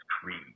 Creed